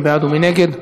מי בעד ומי נגד?